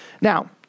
Now